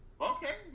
Okay